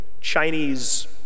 Chinese